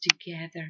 together